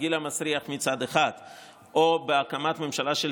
התרגיל המסריח מצד אחד או הקמת ממשלה של